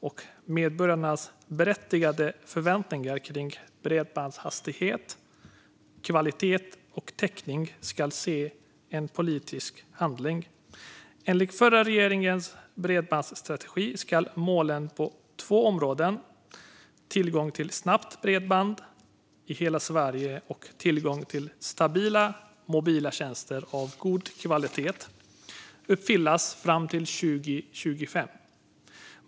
Och när det gäller medborgarnas berättigade förväntningar kring bredbandshastighet, bredbandskvalitet och bredbandstäckning ska man se en politisk handling. Enligt förra regeringens bredbandsstrategi ska målen på två områden - tillgång till snabbt bredband i hela Sverige och tillgång till stabila mobila tjänster av god kvalitet - uppfyllas fram till 2025.